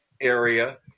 area